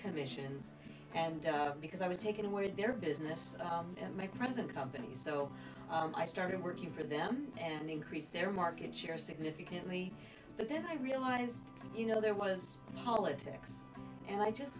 commissions and because i was taking away their business and my present company so i started working for them and increase their market share significantly but then i realized you know there was politics and i just